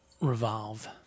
revolve